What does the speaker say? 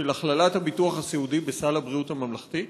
של הכללת הביטוח הסיעודי בסל הבריאות הממלכתי?